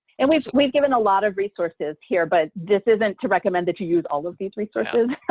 and we've we've given a lot of resources here, but this isn't to recommend that you use all of these resources.